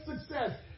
success